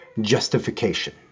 justification